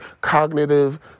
cognitive